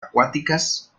acuáticas